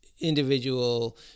individual